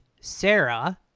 Sarah